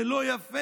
זה לא יפה.